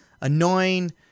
annoying